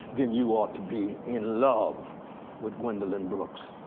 then you ought to be in love with gwendolyn brooks.